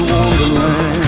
Wonderland